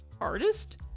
artist